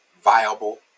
viable